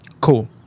cool